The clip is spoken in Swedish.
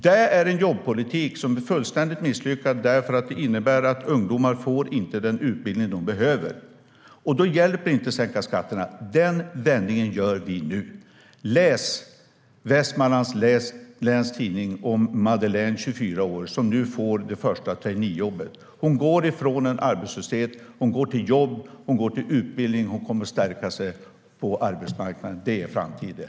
Det är en jobbpolitik som är fullständigt misslyckad eftersom det innebär att ungdomar inte får den utbildning de behöver. Då hjälper det inte att sänka skatterna. Den vändningen gör vi nu. Läs Västmanlands Läns Tidning om Madeleine, 24 år, som nu får det första traineejobbet. Hon går från arbetslöshet till jobb och utbildning. Hon kommer att stärka sin ställning på arbetsmarknaden. Det är framtiden.